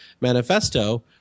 manifesto